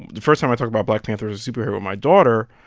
the first time i talked about black panther as a superhero with my daughter,